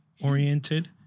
oriented